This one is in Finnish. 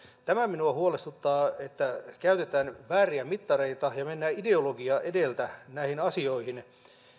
tämä minua huolestuttaa että käytetään vääriä mittareita ja mennään ideologia edellä näihin asioihin